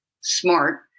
Smart